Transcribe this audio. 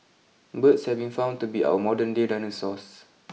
Birds have been found to be our modern day dinosaurs